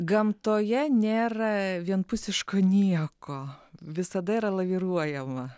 gamtoje nėr vienpusiško nieko visada yra laviruojama